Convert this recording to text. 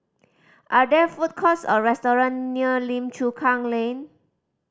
are there food courts or restaurants near Lim Chu Kang Lane